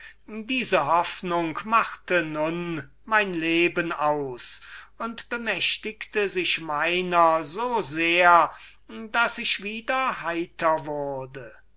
diese hoffnung machte nun mein leben aus und bemächtigte sich meiner so sehr daß ich wieder heiter wurde